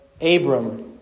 Abram